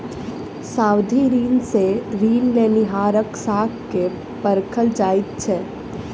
सावधि ऋण सॅ ऋण लेनिहारक साख के परखल जाइत छै